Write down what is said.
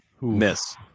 Miss